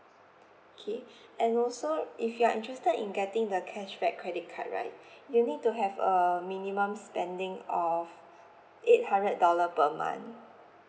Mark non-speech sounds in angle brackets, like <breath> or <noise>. okay <breath> and also if you are interested in getting the cashback credit card right <breath> you need to have a minimum spending of eight hundred dollar per month